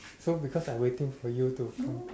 so because I waiting for you to